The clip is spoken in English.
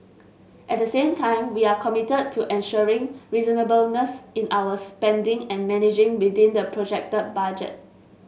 at the same time we are committed to ensuring reasonableness in our spending and managing within the projected budget